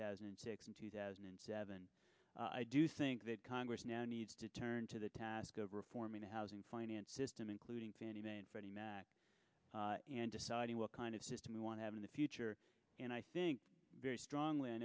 thousand and six and two thousand and seven i do think that congress now needs to turn to the task of reforming the housing finance system including fannie mae and freddie mac and deciding what kind of system we want to have in the future and i think very strongly i